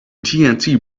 tnt